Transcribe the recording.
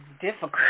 difficult